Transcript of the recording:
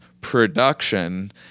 Production